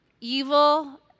evil